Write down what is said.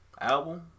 album